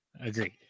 agreed